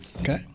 Okay